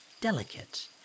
delicate